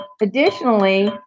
Additionally